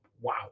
Wow